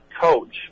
coach